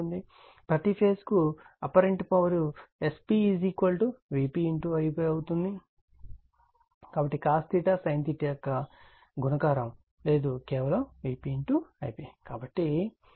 కాబట్టి ప్రతి ఫేజ్ కు అపరెంట్ పవర్ Sp VpIp అవుతుంది కాబట్టి cos sin యొక్క గుణకారం లేదు కేవలం Vp Ipఅవుతుంది